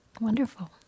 Wonderful